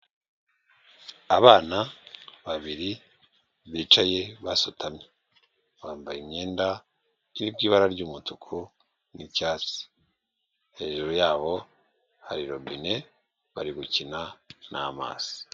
Abana babiri bicaye basutamye bambaye imyenda iri mu ibara ry'umutuku n'icyatsi, hejuru yabo hari robine bari gukina n'amazi.